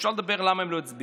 אפשר לדבר על למה הם לא הצביעו.